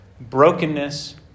brokenness